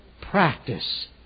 practice